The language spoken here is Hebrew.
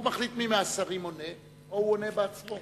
והוא מחליט מי מהשרים עונה או עונה בעצמו